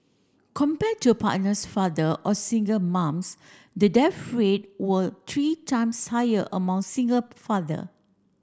compare to partners father or single moms the death rate were three times higher among single father